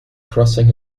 crossing